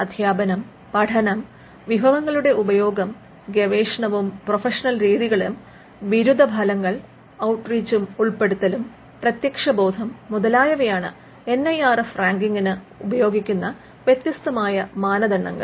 അദ്ധ്യാപനം പഠനം വിഭവങ്ങളുടെ ഉപയോഗം ഗവേഷണവും പ്രൊഫഷണൽ രീതികളും ബിരുദ ഫലങ്ങൾ ഔട്ട്റീച്ചും ഉൾപ്പെടുത്തലും പ്രത്യക്ഷബോധം മുതലായവയാണ് എൻ ഐ ആർ എഫ് റാങ്കിങ്ങിന് ഉപഗോയിക്കുന്ന വ്യത്യസ്തമായ മാനദണ്ഡങ്ങൾ